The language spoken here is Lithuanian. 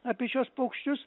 apie šiuos paukščius